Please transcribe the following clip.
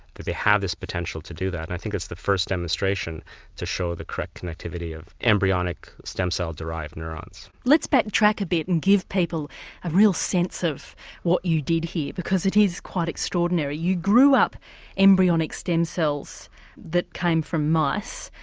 that they have this potential to do that and i think it's the first demonstration to show the correct connectivity of embryonic stem cell derived neurons. let's backtrack a bit and give people a real sense of what you did here, because it is quite extraordinary. you grew up embryonic stem cells that came from mice,